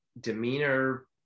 demeanor